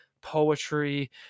poetry